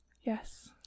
Yes